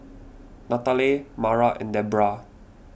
Nathaly Mara and Debrah